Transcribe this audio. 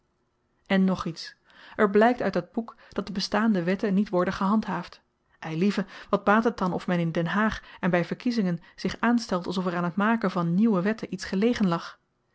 en nog iets er blykt uit dat boek dat de bestaande wetten niet worden gehandhaafd eilieve wat baat het dan of men in den haag en by verkiezingen zich aanstelt alsof er aan t maken van nieuwe wetten iets gelegen lag